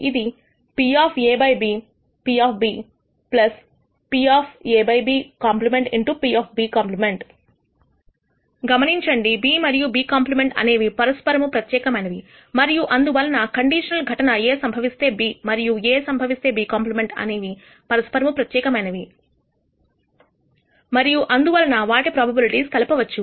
ఇది PA|B P PA|Bc Pc గమనించండి B మరియు B కాంప్లిమెంట్ అనేవి పరస్పరము ప్రత్యేకమైనవి మరియు అందువలన కండిషనల్ ఘటన A సంభవిస్తే B మరియు A సంభవిస్తే B కాంప్లిమెంట్ అనేవి పరస్పరము ప్రత్యేకమైనవి మరియు అందువలన మీరు వాటి ప్రోబబిలిటీస్ కలపవచ్చు